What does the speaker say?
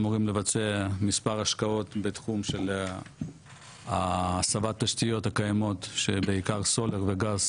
אמורים לבצע מספר השקעות בתחום של הסבת התשתיות הקיימות בעיקר סולר וגז